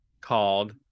called